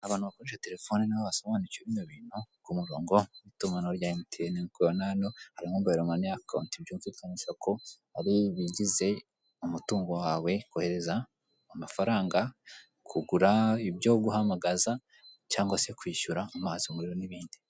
Abantu bakoresha telefoni ni bo basobanukiwe bino bintu, ku murongo w'itumanaho rya MTN nk'uko ubibona hano hari mobile money account byumvitanisha ko ari ibigize umutungo wawe, kohereza amafaranga, kugura ibyo guhamagaza cyangwa se kwishyura amazi, umuriro n'ibindi.